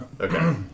okay